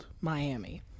Miami